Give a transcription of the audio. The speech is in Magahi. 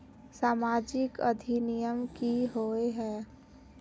सामाजिक अधिनियम की होय है?